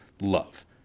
love